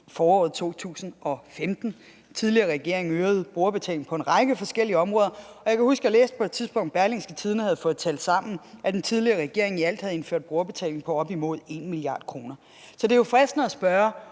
foråret 2015. Den tidligere regering øgede brugerbetalingen på en række forskellige områder, og jeg kan huske, at jeg på et tidspunkt læste, at Berlingske havde fået talt sammen, at den tidligere regering i alt havde indført brugerbetaling på op imod 1 mia. kr. Så det er jo fristende at spørge,